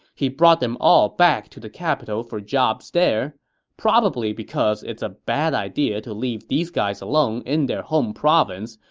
he brought them all back to the capital for jobs there, probably because it's a bad idea to leave these guys alone in their home province,